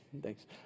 Thanks